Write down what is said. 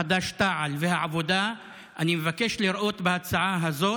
חד"ש-תע"ל והעבודה אני מבקש לראות בהצעה הזאת,